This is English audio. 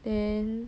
then